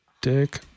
Dick